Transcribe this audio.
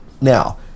Now